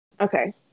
Okay